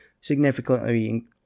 significantly